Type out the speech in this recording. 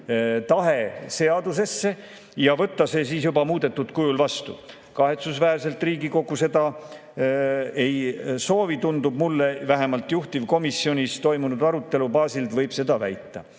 tahe seadusesse ja võtta see siis juba muudetud kujul vastu. Kahetsusväärselt Riigikogu seda ei soovi, tundub mulle, vähemalt juhtivkomisjonis toimunud arutelu baasil võib seda väita.